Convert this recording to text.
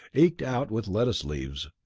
eked out with lettuce leaves.